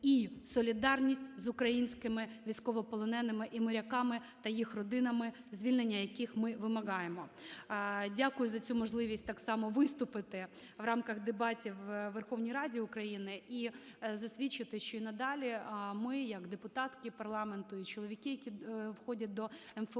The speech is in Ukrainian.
і солідарність з українськими військовополоненими і моряками, та їх родинами, звільнення яких ми вимагаємо. Дякую за цю можливість, так само виступити в рамках дебатів у Верховній Раді України, і засвідчити, що і надалі ми як депутатки парламенту і чоловіки, які входять до МФО